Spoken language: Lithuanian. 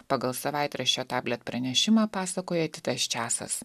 pagal savaitraščio tablėt pranešimą pasakoja titas česas